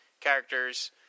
characters